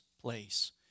place